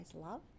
love